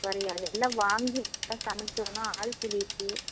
குறையாது எல்லாம் வாங்கி சமைக்கணும் ஆள் கூலி இருக்குது